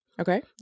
Okay